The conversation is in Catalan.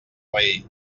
rei